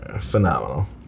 phenomenal